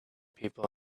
people